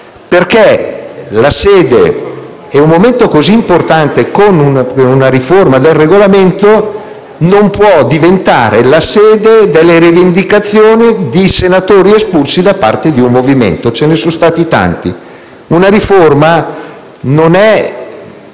perché un momento così importante come la discussione di una riforma del Regolamento non può diventare la sede delle rivendicazioni di senatori espulsi da parte di un movimento, e ce ne sono stati tanti. Una riforma non è